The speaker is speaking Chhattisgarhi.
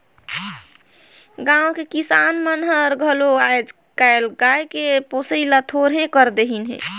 गाँव के किसान मन हर घलो आयज कायल गाय के पोसई ल थोरहें कर देहिनहे